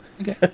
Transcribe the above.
Okay